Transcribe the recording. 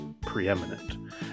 preeminent